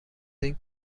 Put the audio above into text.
این